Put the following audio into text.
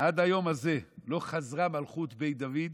הזה לא חזרה מלכות בית דוד.